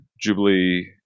Jubilee